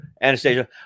Anastasia